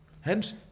Hence